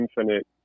infinite